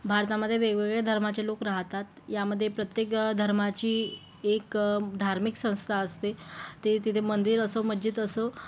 भारतामध्ये वेगवेगळ्या धर्माचे लोक राहतात यामध्ये प्रत्येक धर्माची एक धार्मिक संस्था असते ते तिथे मंदिर असो मस्जिद असो